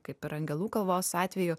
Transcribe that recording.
kaip ir angelų kalvos atveju